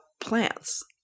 plants